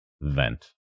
vent